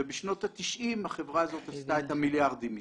ובשנות ה-90 החברה הזאת עשתה את המיליארדים מזה.